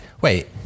wait